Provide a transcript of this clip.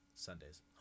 Sundays